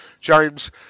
James